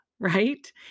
Right